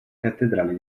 cattedrale